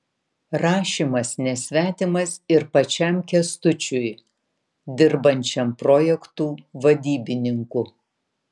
rašymas nesvetimas ir pačiam kęstučiui dirbančiam projektų vadybininku